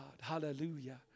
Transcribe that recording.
Hallelujah